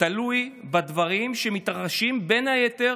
תלוי בדברים שמתרחשים בין היתר